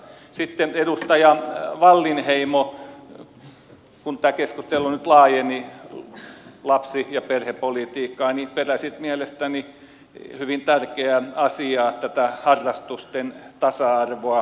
sitten edustaja wallinheimo kun tämä keskustelu nyt laajeni lapsi ja perhepolitiikkaan peräsi mielestäni hyvin tärkeää asiaa harrastusten tasa arvoa